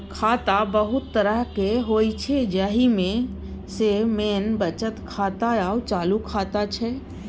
खाता बहुत तरहक होइ छै जाहि मे सँ मेन बचत खाता आ चालू खाता छै